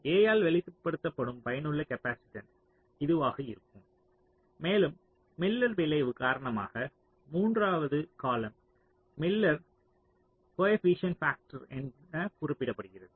A ஆல் வெளிப்படுத்தப்படும் பயனுள்ள காப்பாசிட்டன்ஸ் இதுவாக இருக்கும் மேலும் மில்லர் விளைவு காரணமாக மூன்றாவது காளம் மில்லர் கோஏபிசியன்ட் பேக்டர் என குறிப்பிடப்படுகிறது